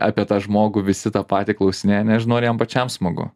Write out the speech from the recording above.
apie tą žmogų visi tą patį klausinėja nežinau ar jam pačiam smagu